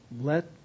Let